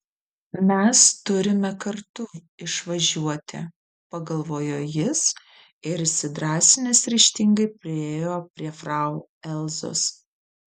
mes turime kartu išvažiuoti pagalvojo jis ir įsidrąsinęs ryžtingai priėjo prie frau elzos